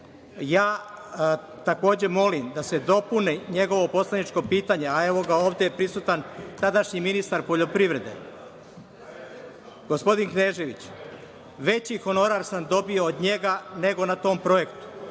ja takođe molim da se dopuni njegovo poslaničko pitanje, a evo ga ovde prisutan sadašnji ministar poljoprivrede, gospodin Knežević. Veći honorar sam dobio od njega nego na tom projektu. To